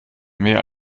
mehr